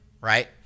Right